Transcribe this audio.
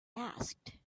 asked